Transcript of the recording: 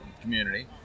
community